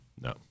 No